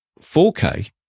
4K